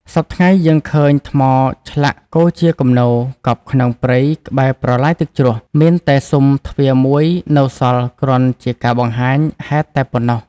សព្វថ្ងៃយើងឃើញថ្មធ្លាក់គរជាគំនរ កប់ក្នុងព្រៃក្បែរប្រឡាយទឹកជ្រោះ មានតែស៊ុមទ្វារមួយនៅសល់គ្រាន់ជាការបង្ហាញហេតុតែប៉ុណ្ណោះ ។